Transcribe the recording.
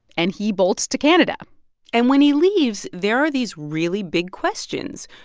and he bolts to canada and when he leaves, there are these really big questions.